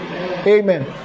amen